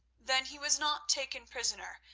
then he was not taken prisoner,